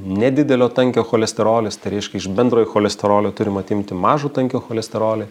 nedidelio tankio cholesterolis tai reiškia iš bendrojo cholesterolio turim atimti mažo tankio cholesterolį